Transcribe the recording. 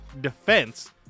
defense